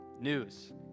news